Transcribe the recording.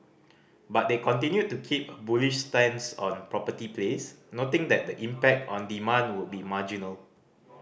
but they continued to keep a bullish stance on property plays noting that the impact on demand would be marginal